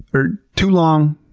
or two long,